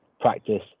practice